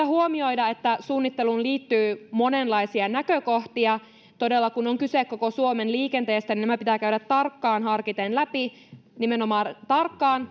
huomioida että suunnitteluun liittyy monenlaisia näkökohtia todella kun on kyse koko suomen liikenteestä nämä pitää käydä tarkkaan harkiten läpi nimenomaan tarkkaan